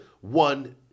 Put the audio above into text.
one